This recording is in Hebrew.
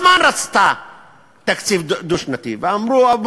אז למה הממשלה התעקשה לא לקבל את הדבר שעל-פניו הוא המובן